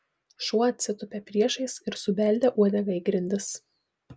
šuo atsitūpė priešais ir subeldė uodega į grindis